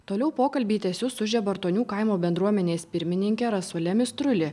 toliau pokalbį tęsiu su žibartonių kaimo bendruomenės pirmininke rasuole mistruli